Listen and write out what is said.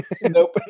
Nope